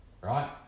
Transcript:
right